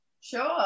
sure